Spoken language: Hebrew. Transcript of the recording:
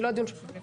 זה לא הדיון כרגע.